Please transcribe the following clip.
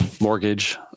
mortgage